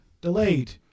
delayed